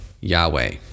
Yahweh